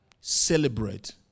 Celebrate